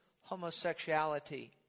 homosexuality